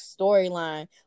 storyline